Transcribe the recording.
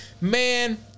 Man